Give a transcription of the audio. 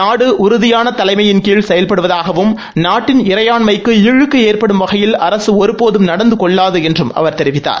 நாடு உறுதியான தலைமையின் கீழ் செயல்படுவதாகவும் நாட்டின் இறையாண்மைக்கு இழுக்கு ஏற்படும் வகையில் அரசு ஒருபோதும் நடந்து கொள்ளாது என்றும் அவர் தெரிவித்தார்